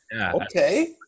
Okay